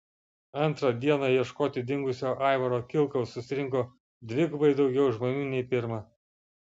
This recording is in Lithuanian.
antrą dieną ieškoti dingusio aivaro kilkaus susirinko dvigubai daugiau žmonių nei pirmą